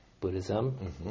Buddhism